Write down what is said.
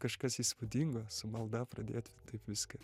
kažkas įspūdingo su malda pradėti taip viskas